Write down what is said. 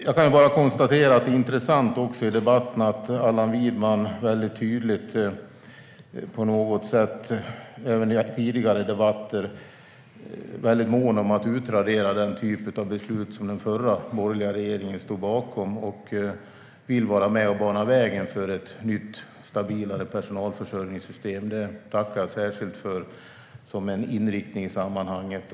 Jag kan bara konstatera att det är intressant att Allan Widman väldigt tydligt i debatten, även i tidigare debatter, är mån om att utradera den typ av beslut som den förra borgerliga regeringen stod bakom och att han vill vara med och bana vägen för ett nytt, stabilare personalförsörjningssystem. Det tackar jag särskilt för, som en inriktning i sammanhanget.